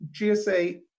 GSA